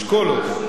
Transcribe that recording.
לשקול אותו.